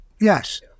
Yes